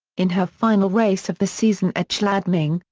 in her final race of the season at schladming,